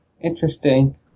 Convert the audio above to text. Interesting